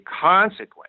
consequence